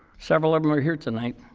several of them are here tonight.